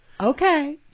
okay